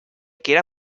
quiera